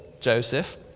Joseph